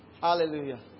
Hallelujah